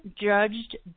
judged